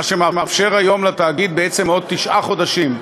מה שמאפשר היום לתאגיד בעצם עוד תשעה חודשים,